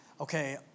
okay